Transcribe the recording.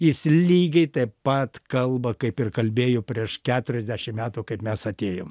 jis lygiai taip pat kalba kaip ir kalbėjo prieš keturiasdešim metų kaip mes atėjom